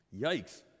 Yikes